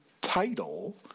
title